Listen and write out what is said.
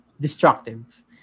destructive